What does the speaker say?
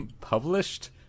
published